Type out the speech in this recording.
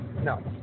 No